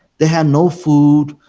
they had no food,